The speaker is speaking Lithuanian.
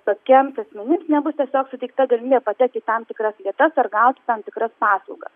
tokiems asmenims nebus tiesiog suteikta galimybė patekti į tam tikras vietas ar gauti tam tikras paslaugas